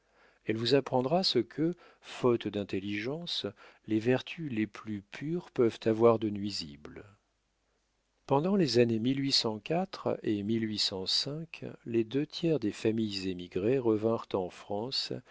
elle vous apprendra ce que faute d'intelligence les vertus les plus pures peuvent avoir de nuisible pendant les années et les deux tiers des familles émigrées revinrent en france